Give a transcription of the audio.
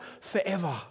forever